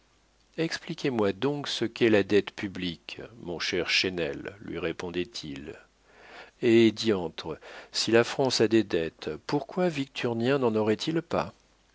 expliquez-moi donc ce qu'est la dette publique mon cher chesnel lui répondait-il hé diantre si la france a des dettes pourquoi victurnien n'en aurait-il pas